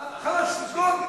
חלאס, נסגור.